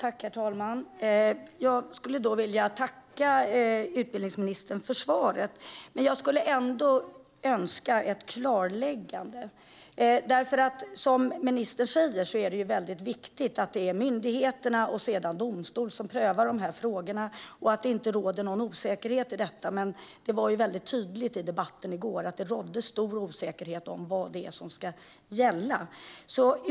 Herr talman! Jag vill tacka utbildningsministern för svaret. Men jag önskar ändå att få ett klarläggande. Som ministern säger är det viktigt att det är myndigheterna och sedan domstolar som prövar de här frågorna och att det inte råder någon osäkerhet om detta. Men i debatten i går var det tydligt att det rådde stor osäkerhet om vad som ska gälla.